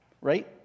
right